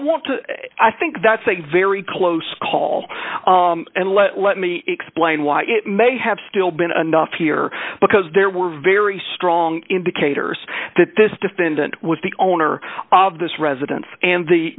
want to i think that's a very close call and let let me explain why it may have still been announced here because there were very strong indicators that this defendant was the owner of this residence and the